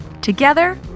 Together